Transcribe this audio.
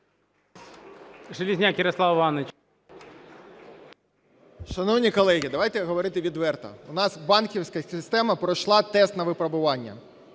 Шановні колеги. Давайте говорити відверто, у нас банківська система пройшла тест на випробування.